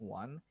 one